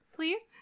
Please